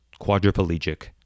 quadriplegic